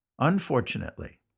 Unfortunately